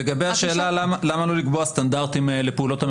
לגבי השאלה למה לא לקבוע סטנדרטים לפעולות הממשלה.